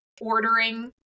ordering